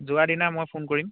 যোৱা দিনা মই ফোন কৰিম